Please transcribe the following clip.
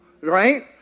right